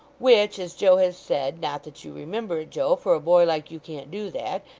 which, as joe has said not that you remember it, joe, for a boy like you can't do that,